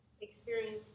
experience